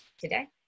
today